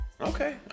Okay